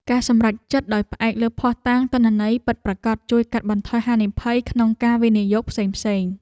ការសម្រេចចិត្តដោយផ្អែកលើភស្តុតាងទិន្នន័យពិតប្រាកដជួយកាត់បន្ថយហានិភ័យក្នុងការវិនិយោគផ្សេងៗ។